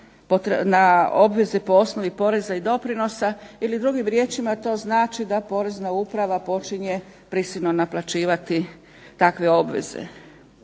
na obveze po osnovi poreza i doprinosa, ili drugim riječima to znači da porezna uprava počinje prisilno naplaćivati takve obveze.